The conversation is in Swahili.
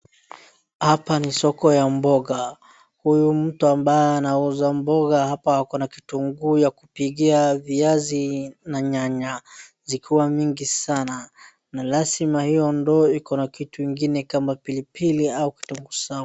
Hapa ni soko ya mboga. Huyu mtu ambaye anauza mboga hapa ako na kitunguu ya kupikia, viazi na nyanya zikiwa mingi sana. Na lazima hiyo ndoo iko na kitu ingine kama pilipili au kitunguu saumu.